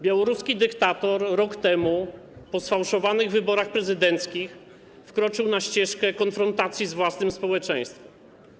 Białoruski dyktator rok temu, po sfałszowanych wyborach prezydenckich, wkroczył na ścieżkę konfrontacji z własnym społeczeństwem.